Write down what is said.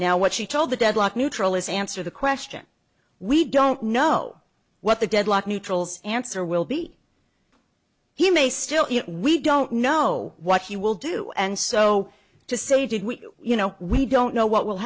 now what she told the deadlock neutral is answer the question we don't know what the deadlock neutrals answer will be he may still we don't know what he will do and so to say did we you know we don't know what will